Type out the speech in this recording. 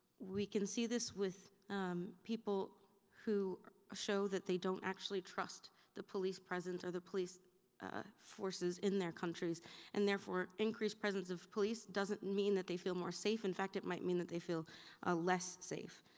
we can see this with people who show that they don't actually trust the police present or the police forces in their countries and therefore increased presence of police doesn't mean that they feel more safe. in fact, it might mean that they feel ah less safe.